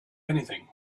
anything